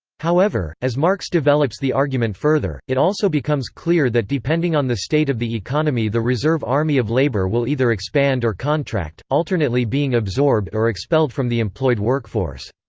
however, as marx develops the argument further, it also becomes clear that depending on the state of the economy the reserve army of labor will either expand or contract, alternately being absorbed or expelled from the employed workforce.